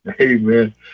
Amen